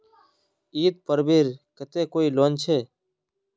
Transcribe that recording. ईद पर्वेर केते कोई लोन छे?